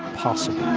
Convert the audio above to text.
possible.